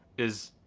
is?